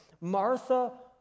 Martha